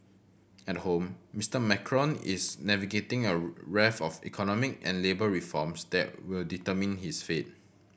at home Mister Macron is navigating a raft of economy and labour reforms that will determine his fate